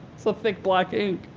it's a thick block ink.